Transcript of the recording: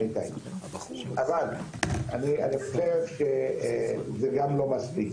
אבל אני חושב שזה גם לא מספיק.